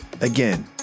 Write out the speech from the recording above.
Again